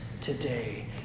today